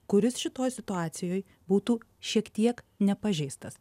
kuris šitoj situacijoj būtų šiek tiek nepažeistas